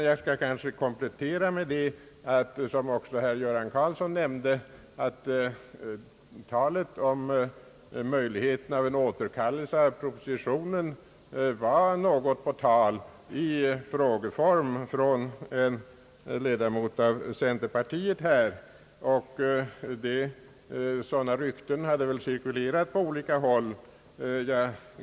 Jag skall kanske komplettera med det som också herr Göran Karlsson nämnde, nämligen att möjligheten av en återkallelse av propositionen fördes på tal i frågeform av en ledamot i centerpartiet. Sådana rykten hade cirkulerat på olika håll.